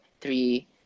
three